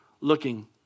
looking